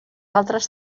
altres